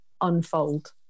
unfold